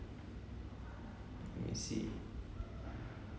let me see